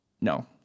No